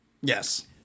Yes